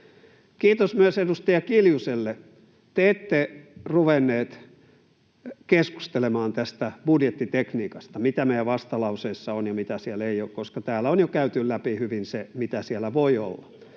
Kiitos myös edustaja Kiljuselle. Te ette ruvennut keskustelemaan tästä budjettitekniikasta, mitä meidän vastalauseessamme on ja mitä siellä ei ole, koska täällä on jo käyty läpi hyvin se, mitä siellä voi olla.